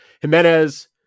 Jimenez